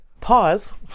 Pause